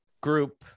group